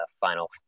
final